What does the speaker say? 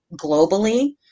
globally